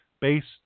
based